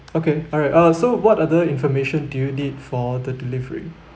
okay alright uh so what other information do you need for the delivery